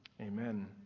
Amen